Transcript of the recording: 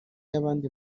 y’abandi